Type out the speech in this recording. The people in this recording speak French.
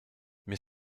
mais